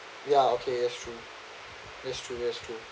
ya okay that's true that's true that's true